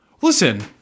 Listen